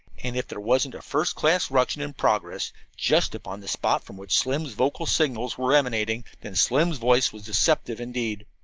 and if there wasn't a first-class ruction in progress just upon the spot from which slim's vocal signals were emanating, then slim's voice was deceptive, indeed.